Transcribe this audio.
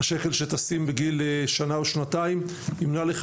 השקל שתשים בגיל שנה או שנתיים ימנע לך